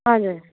हजुर